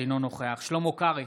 אינו נוכח שלמה קרעי,